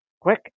Quick